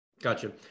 Gotcha